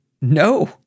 No